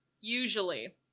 Usually